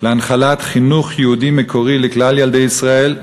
להנחלת חינוך יהודי מקורי לכלל ילדי ישראל,